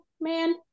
man